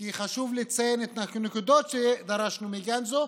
כי חשוב לציין את הנקודות שדרשנו מגמזו,